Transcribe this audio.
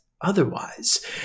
otherwise